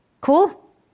cool